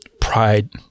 pride